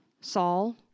Saul